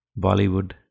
Bollywood